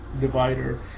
divider